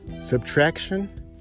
Subtraction